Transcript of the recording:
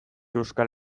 euskal